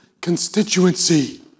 constituency